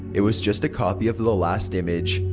it was just a copy of the last image.